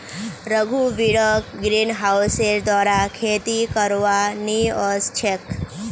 रघुवीरक ग्रीनहाउसेर द्वारा खेती करवा नइ ओस छेक